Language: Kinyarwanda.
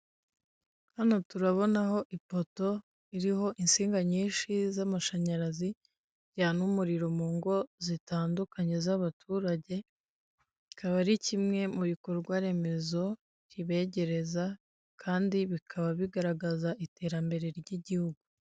Hano turabonaho ipoto ririho insinga nyinshi z'amashanyarazi, zijyanana umuriro mu ngo zitandukanye z'abaturage, hakaba ari kimwe mu bikorwaremezo kibegereza, kandi bikaba bigaragaza iterambere ry'igihugu.